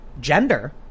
gender